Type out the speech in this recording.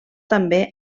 també